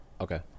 Okay